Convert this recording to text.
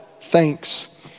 thanks